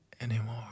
anymore